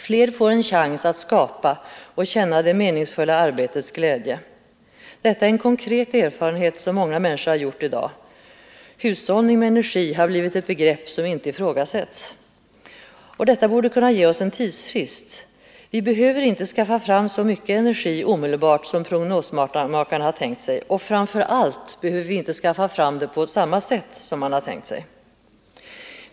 Fler får en chans att skapa och känna det meningsfulla arbetets glädje. Detta är en konkret erfarenhet som många människor har gjort i dag. Hushållning med energi har blivit ett begrepp som inte ifrågasätts. Detta borde ge oss en tidsfrist. Vi behöver inte skaffa fram så mycket energi omedelbart som prognosmakarna tänkt sig och framför allt behöver vi inte skaffa fram den på samma sätt som de tänkt sig.